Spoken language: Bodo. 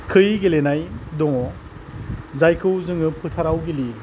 खै गेलेनाय दङ जायखौ जोङो फोथाराव गेलेयो